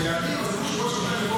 של יושב-ראש הוועדה,